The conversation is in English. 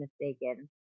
mistaken